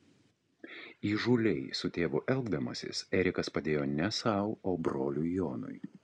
įžūliai su tėvu elgdamasis erikas padėjo ne sau o broliui jonui